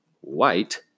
White